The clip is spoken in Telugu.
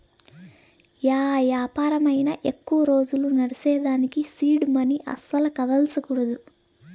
యా యాపారమైనా ఎక్కువ రోజులు నడ్సేదానికి సీడ్ మనీ అస్సల కదల్సకూడదు